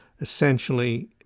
essentially